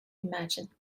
imagine